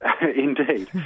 Indeed